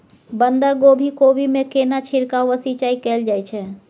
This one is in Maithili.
बंधागोभी कोबी मे केना छिरकाव व सिंचाई कैल जाय छै?